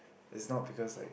is not because like